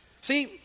See